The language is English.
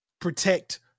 protect